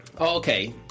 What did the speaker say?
Okay